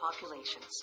populations